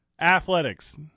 Athletics